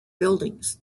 buildings